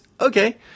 Okay